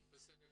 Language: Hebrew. --- תודה.